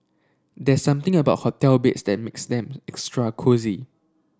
there something about hotel beds that makes them extra cosy